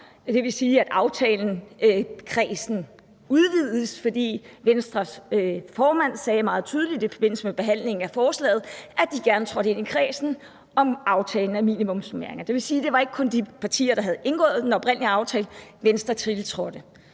det vil sige, at aftalekredsen udvides, fordi Venstres formand meget tydeligt i forbindelse med behandlingen af forslaget sagde, at de gerne trådte ind i kredsen, der er med i aftalen om minimumsnormeringer. Det vil sige, at det ikke kun var de partier, der havde indgået den oprindelige aftale; Venstre tiltrådte.